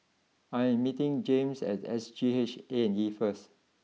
I am meeting James at S G H A and E first